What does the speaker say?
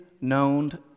known